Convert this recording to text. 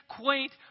quaint